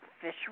fish